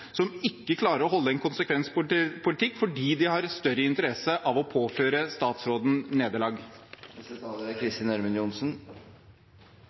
som ikke klarer å føre en konsekvent politikk fordi de har større interesse av å påføre statsråden nederlag.